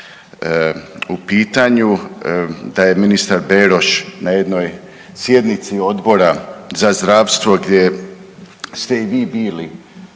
u pitanju da je ministar Beroš na jednoj sjednici Odbora za zdravstvo gdje je, ste i vi bili